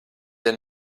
der